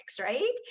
Right